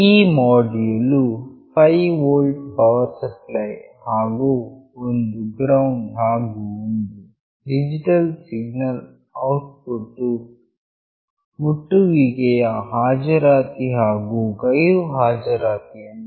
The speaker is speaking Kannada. ಈ ಮೋಡ್ಯುಲ್ ವು 5 ವೋಲ್ಟ್ ಪವರ್ ಸಪ್ಲೈ ಹಾಗು ಒಂದು ಗ್ರೌಂಡ್ ಹಾಗು ಒಂದು ಡಿಜಿಟಲ್ ಸಿಗ್ನಲ್ ಔಟ್ಪುಟ್ ವು ಮುಟ್ಟುವಿಕೆಯ ಹಾಜರಾತಿ ಹಾಗು ಗೈರುಹಾಜರಾತಿಯನ್ನು ತೋರಿಸುತ್ತದೆ